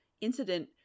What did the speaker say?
incident